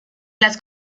las